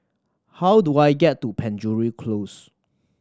how do I get to Penjuru Close